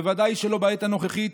בוודאי שלא בעת הנוכחית,